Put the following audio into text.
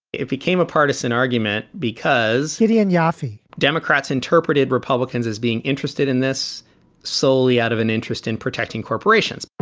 it became a partisan argument because it isn't. yoffie democrats interpreted republicans as being interested in this solely out of an interest in protecting corporations